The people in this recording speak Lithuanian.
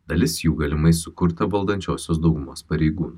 dalis jų galimai sukurta valdančiosios daugumos pareigų